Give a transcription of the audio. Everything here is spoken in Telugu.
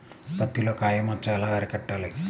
పత్తిలో కాయ మచ్చ ఎలా అరికట్టాలి?